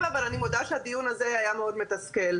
מודה שהדיון הזה היה מאוד מתסכל,